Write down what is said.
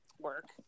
work